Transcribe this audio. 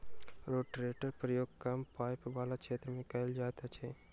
रोटेटरक प्रयोग कम पाइन बला क्षेत्र मे कयल जाइत अछि